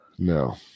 No